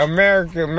America